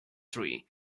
tree